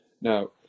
Now